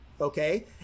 Okay